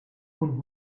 und